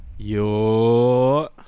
Yo